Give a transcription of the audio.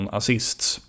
assists